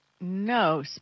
No